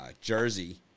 Jersey